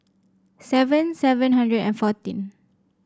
seven seven hundred and fourteen